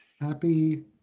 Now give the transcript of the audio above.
Happy